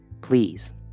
please